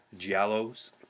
Giallos